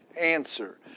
answer